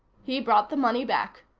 he brought the money back.